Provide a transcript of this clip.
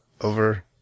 Over